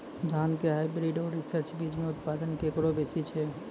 धान के हाईब्रीड और रिसर्च बीज मे उत्पादन केकरो बेसी छै?